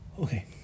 Okay